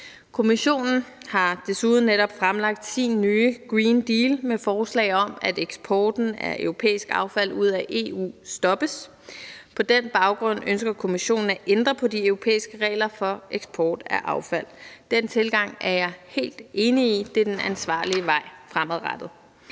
Kommissionen har desuden netop fremlagt sin nye Green Deal med forslag om, at eksporten af europæisk affald ud af EU stoppes. På den baggrund ønsker Kommissionen at ændre på de europæiske regler for eksport af affald. Den tilgang er jeg helt enig i – det er den ansvarlige vej fremadrettet.